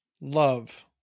Love